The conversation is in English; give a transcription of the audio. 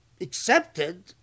accepted